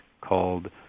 called